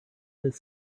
this